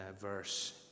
verse